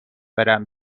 برم